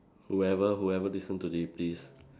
whoever whoever listen to this please